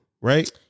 right